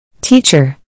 Teacher